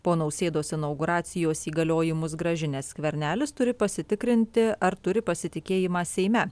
po nausėdos inauguracijos įgaliojimus grąžinęs skvernelis turi pasitikrinti ar turi pasitikėjimą seime